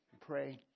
pray